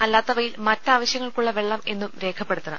അല്ലാത്തവയിൽ മറ്റാവശ്യങ്ങൾക്കുള്ള വെള്ളം എന്നും രേഖപ്പെടുത്തണം